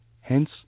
Hence